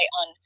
on